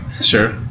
Sure